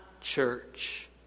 church